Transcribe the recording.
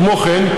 כמו כן,